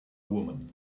woman